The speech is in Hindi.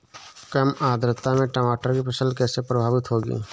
कम आर्द्रता में टमाटर की फसल कैसे प्रभावित होगी?